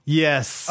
yes